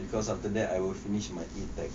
because after that I will finish my tech